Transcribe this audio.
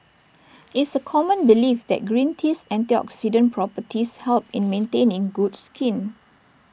it's A common belief that green tea's antioxidant properties help in maintaining good skin